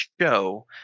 show